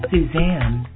Suzanne